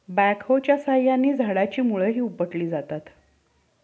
बॅकहोच्या साहाय्याने झाडाची मुळंही उपटली जातात